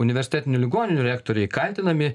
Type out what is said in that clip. universitetinių ligoninių rektoriai kaltinami